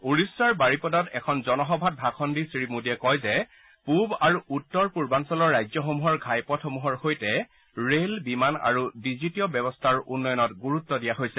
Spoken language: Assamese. ওড়িশাৰ বাৰীপদাত এখন জনসভাত ভাষণ দি শ্ৰীমোদীয়ে কয় যে পূব আৰু উত্তৰ পূৰ্বাঞ্চলৰ ৰাজ্যসমূহৰ ঘাইপথসমূহৰ সৈতে ৰেল বিমান আৰু ডিজিটীয় ব্যৱস্থাৰ উন্নয়নত গুৰুত্ব দিয়া হৈছে